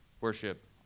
worship